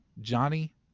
Johnny